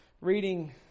reading